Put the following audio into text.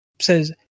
says